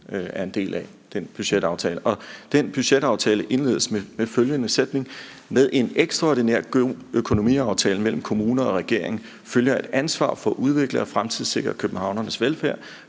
er en del af den budgetaftale, og den budgetaftale indledes med følgende sætninger: »Med en ekstraordinær god økonomiaftale mellem kommunerne og regeringen følger et ansvar for at udvikle og fremtidssikre københavnernes velfærd.